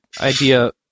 idea